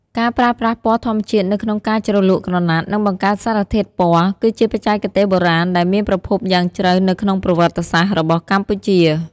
ការប្រើប្រាស់ពណ៌ធម្មជាតិនៅក្នុងការជ្រលក់ក្រណាត់ និងបង្កើតសារធាតុពណ៌ គឺជាបច្ចេកទេសបុរាណដែលមានប្រភពយ៉ាងជ្រៅនៅក្នុងប្រវត្តិសាស្ត្ររបស់កម្ពុជា។